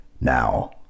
Now